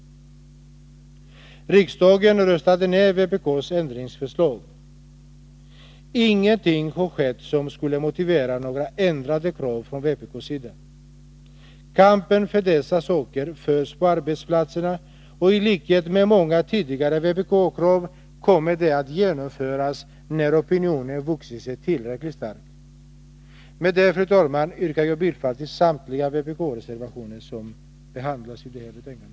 Riksdagen röstade ner vpk:s ändringsförslag. Ingenting har skett som skulle motivera några ändrade krav från vpk:s sida. Kampen för dessa saker förs på arbetsplatserna, och i likhet med många tidigare vpk-krav kommer de att genomföras när opinionen vuxit sig tillräckligt stark. Fru talman! Med detta yrkar jag bifall till samtliga vpk-reservationer i detta betänkande.